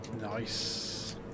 Nice